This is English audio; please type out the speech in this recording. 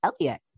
elliot